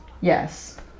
Yes